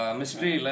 mystery